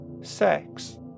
sex